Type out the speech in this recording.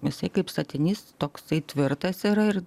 nes jis kaip statinys toksai tvirtas yra ir